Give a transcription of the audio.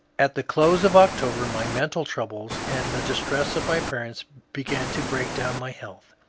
at the close of october my mental troubles and the distress of my parents began to break down my health,